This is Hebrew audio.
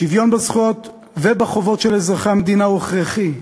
שוויון בזכויות ובחובות של אזרחי המדינה הוא הכרחי,